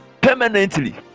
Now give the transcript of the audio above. permanently